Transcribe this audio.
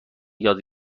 یاد